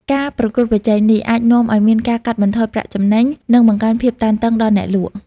ការប្រកួតប្រជែងនេះអាចនាំឱ្យមានការកាត់បន្ថយប្រាក់ចំណេញ និងបង្កើនភាពតានតឹងដល់អ្នកលក់។